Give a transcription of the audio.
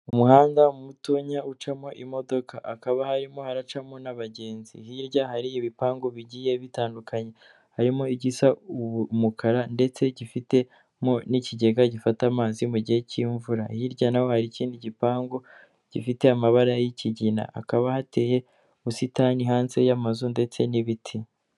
Umuhanda mutonya ucamo imodoka hakaba harimo haracamo n'abagenzi hirya hari ibipangu bigiye bitandukanye harimo igisa umukara ndetse gifite mo n'ikigega gifata amazi mu gihe cy'imvura hirya naho hari ikindi gipangu gifite amabara y'ikigina hakaba hateye ubusitani hanze y'amazu ndetse n'ibiti.